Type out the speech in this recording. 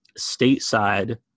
Stateside